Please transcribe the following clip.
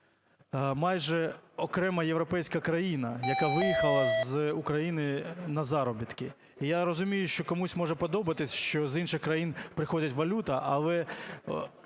майже окрема європейська країна, яка виїхала з України на заробітки. Я розумію, що комусь може подобатись, що з інших країн приходить валюта, але